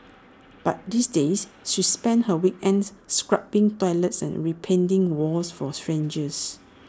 but these days she spends her weekends scrubbing toilets and repainting walls for strangers